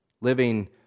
living